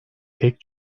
pek